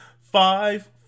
five